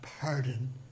pardon